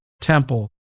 temple